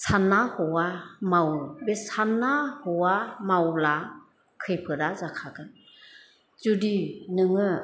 साना हवा मावो बे साना हवा मावब्ला खैफोदआ जाखागोन जुदि नोङो